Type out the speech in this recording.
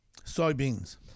Soybeans